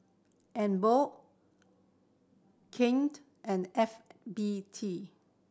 Emborg Knight and F B T